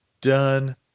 done